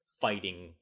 fighting